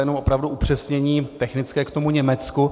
Jenom opravdu upřesnění technické k tomu Německu.